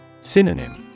Synonym